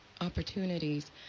opportunities